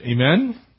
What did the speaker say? Amen